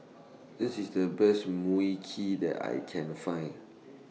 This IS The Best Mui Kee that I Can Find